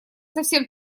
совсем